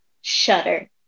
shudder